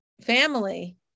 family